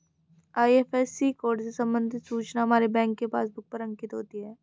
IFSC code से संबंधित सूचना हमारे बैंक के पासबुक पर अंकित होती है